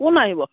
কোন আহিব